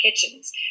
kitchens